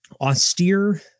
austere